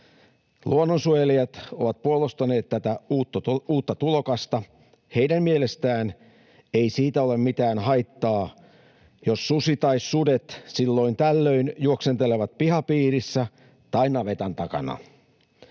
Luonnonsuojelijat ovat puolustaneet tätä uutta tulokasta. Heidän mielestään ei siitä ole mitään haittaa, jos susi tai sudet silloin tällöin juoksentelevat pihapiirissä tai navetan takana.